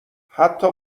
حتی